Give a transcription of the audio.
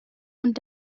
und